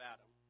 Adam